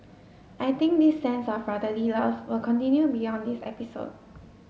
I think this sense of brotherly love will continue beyond this episode